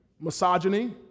Misogyny